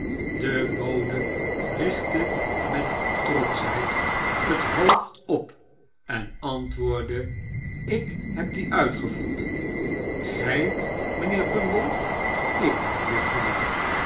de bode richtte met trotschheid het hoofd op en antwoordde ik heb dien uitgevonden gij mijnheer bumble ik juffrouw